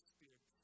Spirit